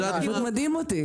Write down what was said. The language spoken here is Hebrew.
זה פשוט מדהים אותי.